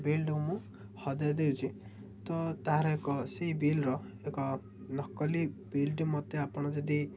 ବିଲ୍ଟିକୁ ମୁଁ ହଜାଇ ଦେଉଛି ତ ତାହାର ଏକ ସେଇ ବିଲ୍ର ଏକ ନକଲି ବିଲ୍ଟି ମୋତେ ଆପଣ ଯଦି